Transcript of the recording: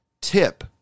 tip